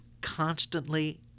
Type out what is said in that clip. constantly